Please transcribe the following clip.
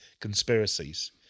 conspiracies